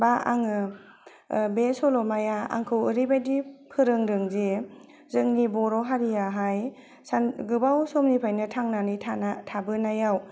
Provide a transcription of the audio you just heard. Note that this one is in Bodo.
बा आङो बे सल'माया आंखौ ओरैबादि फोरोंदों जे जोंनि बर' हारियाहाय सान गोबाव समनिफ्रायनो थांनानै थाना थाबोनायाव